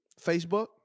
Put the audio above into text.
Facebook